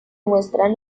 muestran